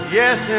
yes